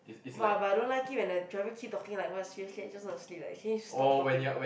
but but I don't like it when the driver keep talking like seriously I just to sleep like can you stop talking